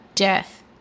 death